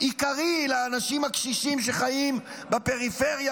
עיקרי לאנשים הקשישים שחיים בפריפריה,